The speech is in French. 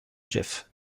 jeff